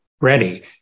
ready